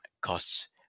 costs